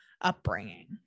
upbringing